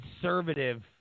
conservative